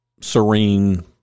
serene